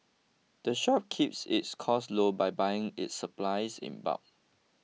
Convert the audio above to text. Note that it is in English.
the shop keeps its costs low by buying its supplies in bulk